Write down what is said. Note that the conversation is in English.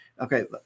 okay